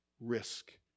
risk